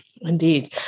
Indeed